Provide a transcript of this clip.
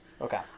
Okay